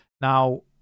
Now